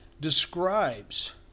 describes